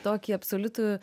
tokį absoliutų